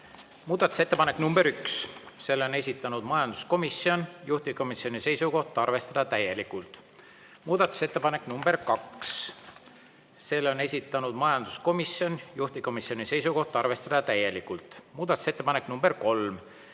Muudatusettepanek nr 1, selle on esitanud majanduskomisjon, juhtivkomisjoni seisukoht: arvestada täielikult. Muudatusettepanek nr 2, selle on esitanud majanduskomisjon, juhtivkomisjoni seisukoht: arvestada täielikult. Muudatusettepanek nr 3,